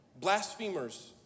blasphemers